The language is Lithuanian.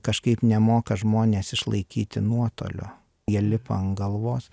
kažkaip nemoka žmonės išlaikyti nuotolio jie lipa ant galvos